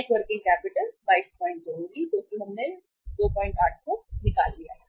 net working capital 222 होगी क्योंकि हमने 28 को निकाल लिया है